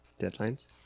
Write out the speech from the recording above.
Deadlines